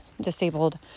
disabled